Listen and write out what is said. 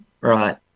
Right